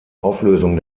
auflösung